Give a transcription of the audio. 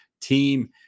team